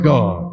God